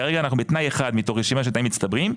כרגע אנחנו בתנאי אחד מתוך רשימה של תנאים מצטברים,